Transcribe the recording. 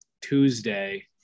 Tuesday